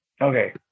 okay